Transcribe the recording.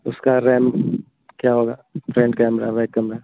उसका रैम क्या होगा फ़्रंट कैमरा बैक कैमरा